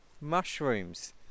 mushrooms